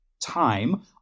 time